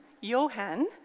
Johan